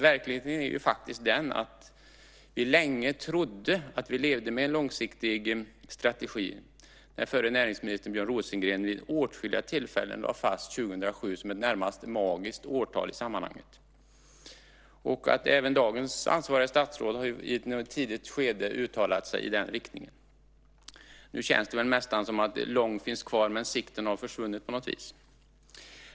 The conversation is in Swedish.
Verkligheten är den att vi länge trodde att vi levde med en långsiktig strategi när förre näringsministern Björn Rosengren vid åtskilliga tillfällen lade fast 2007 som ett närmast magiskt årtal i sammanhanget. Även dagens ansvariga statsråd har ju i ett tidigt skede uttalat sig i den riktningen. Nu känns det nästan som att "lång" finns kvar men att sikten har försvunnit på något vis.